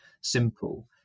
simple